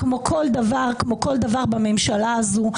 כמו כל דבר בממשלה הזאת,